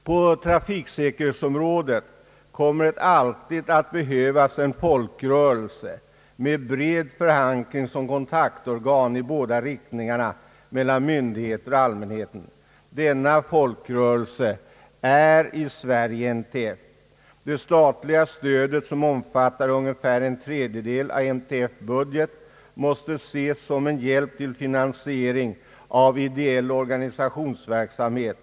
På trafiksäkerhetsområdet kommer det alltid att behövas en folkrörelse med bred förankring som kontaktorgan i bå da riktningarna mellan myndigheterna och allmänheten. Denna folkrörelse i Sverige är NTF. Det statliga stödet, som omfattar ungefär en tredjedel av NTF:s budget, måste ses som en hjälp till finansiering av en ideell organisationsverksamhet.